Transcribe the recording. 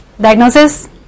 Diagnosis